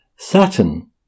Saturn